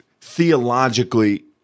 theologically